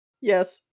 Yes